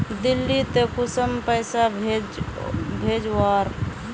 दिल्ली त कुंसम पैसा भेज ओवर?